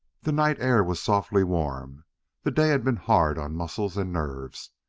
the night air was softly warm the day had been hard on muscles and nerves.